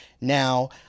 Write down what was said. Now